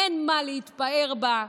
אין מה להתפאר בה.